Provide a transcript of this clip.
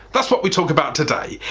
that's what we talk about tody.